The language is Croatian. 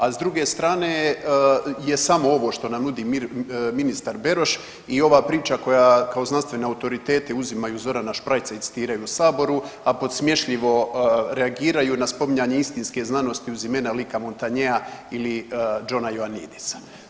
A s druge strane je samo ovo što nam nudi ministar Beroš i ova priča koja kao znanstvene autoritete uzimaju Zorana Šprajca i citiraju u Saboru, a podsmješljivo reagiraju na spominjanje istinske znanosti uz imena lika Montanea ili Johna Joanidisa.